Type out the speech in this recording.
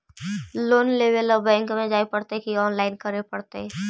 Loan लेवे ल bank में जाय पड़तै कि औनलाइन करे पड़तै?